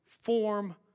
form